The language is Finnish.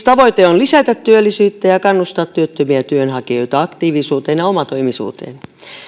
tavoite on lisätä työllisyyttä ja ja kannustaa työttömiä työnhakijoita aktiivisuuteen ja omatoimisuuteen